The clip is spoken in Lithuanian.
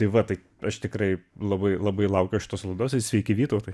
tai va tai aš tikrai labai labai laukiau šitos laidos ir sveiki vytautai